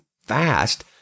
fast